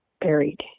buried